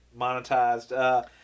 monetized